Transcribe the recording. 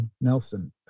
Nelson